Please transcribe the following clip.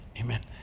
Amen